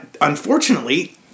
unfortunately